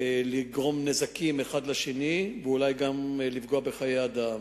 לגרום נזקים אלה לאלה ואולי גם לפגוע בחיי אדם.